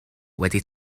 wedi